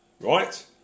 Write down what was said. Right